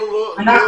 אם